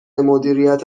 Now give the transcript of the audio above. مدیریت